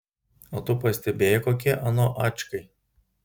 o tu pastebėjai kokie ano ačkai